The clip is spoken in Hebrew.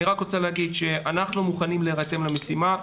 אני רק רוצה להגיד שאנחנו מוכנים להירתם למשימה.